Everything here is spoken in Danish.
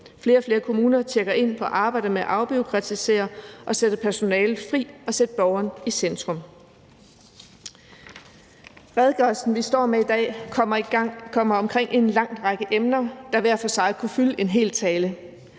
Flere og flere kommuner tjekker ind i forhold til arbejdet med at afbureaukratisere, sætte personalet fri og sætteborgeren i centrum. Kl. 10:15 Redegørelsen, vi står med i dag, kommer omkring en lang række emner, der hver for sig kunne fylde en hel tale.